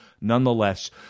Nonetheless